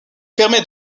permet